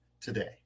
today